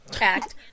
act